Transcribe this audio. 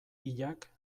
hilak